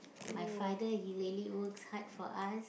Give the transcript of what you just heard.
my father he really works hard for us